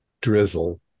drizzle